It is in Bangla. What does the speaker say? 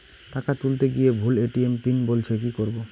টাকা তুলতে গিয়ে ভুল এ.টি.এম পিন বলছে কি করবো?